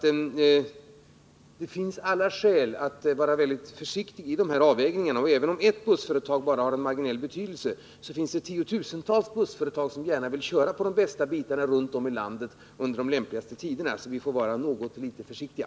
Det finns alla skäl att vara försiktig vid dessa avvägningar. Även om ett bussföretag bara har en marginell betydelse, så finns det tiotusentals bussföretag som gärna vill köra på de bästa sträckorna runt om i landet under de lämpligaste tiderna. Vi får alltså vara något litet försiktiga.